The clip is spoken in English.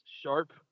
sharp